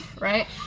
right